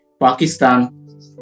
Pakistan